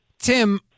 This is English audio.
tim